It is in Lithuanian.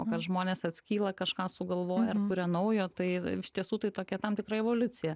o kad žmonės atskyla kažką sugalvoja ir kuria naujo tai iš tiesų tai tokia tam tikra evoliucija